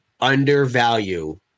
undervalue